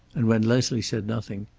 and when leslie said nothing,